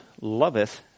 loveth